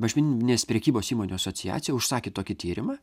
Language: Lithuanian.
mažmeninės prekybos įmonių asociacija užsakė tokį tyrimą